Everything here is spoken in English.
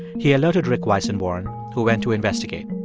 he alerted rick weissenborn, who went to investigate.